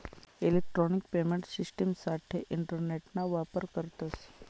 electronic payment शिश्टिमसाठे इंटरनेटना वापर करतस